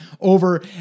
over